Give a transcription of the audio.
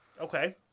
Okay